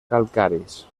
calcaris